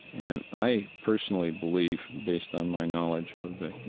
and i personally believe, based on my knowledge of the, you